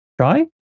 try